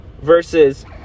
Versus